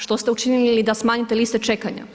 Što ste učinili da smanjite liste čekanja?